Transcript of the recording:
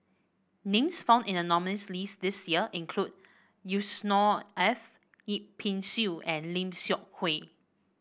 names found in the nominees' list this year include Yusnor Ef Yip Pin Xiu and Lim Seok Hui